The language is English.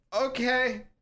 okay